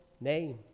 name